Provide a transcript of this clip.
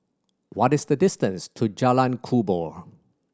what is the distance to Jalan Kubor